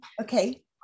Okay